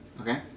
Okay